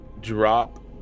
drop